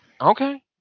Okay